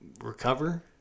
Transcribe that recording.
recover